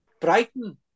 Brighton